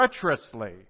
treacherously